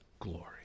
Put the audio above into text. glory